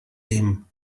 him